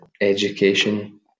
education